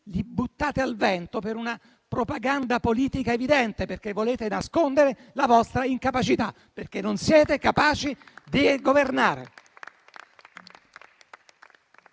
li buttate al vento, per una propaganda politica evidente, perché volete nascondere la vostra incapacità. Non siete capaci di governare!